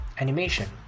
animation